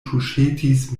tuŝetis